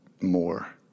more